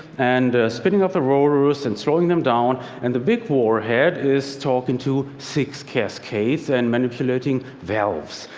and spinning up the rotors and slowing them down, and the big warhead is talking to six cascades and manipulating valves.